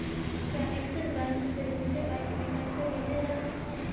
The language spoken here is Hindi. क्या ऐक्सिस बैंक से दूसरे बैंक में पैसे भेजे जा सकता हैं?